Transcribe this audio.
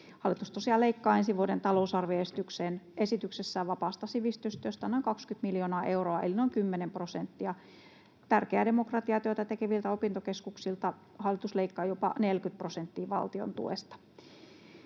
tosiaan leikkaa ensi vuoden talousarvioesityksessään vapaasta sivistystyöstä noin 20 miljoonaa euroa eli noin 10 prosenttia. Tärkeää demokratiatyötä tekeviltä opintokeskuksilta hallitus leikkaa jopa 40 prosenttia valtiontuesta.